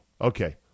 Okay